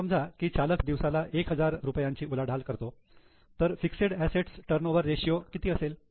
असं समजा की चालक दिवसाला 1000 रुपयांची उलाढाल करतो तर फिक्सेड असेट्स टर्नओवर रेषीयो किती असेल